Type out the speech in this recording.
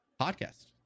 podcast